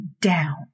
down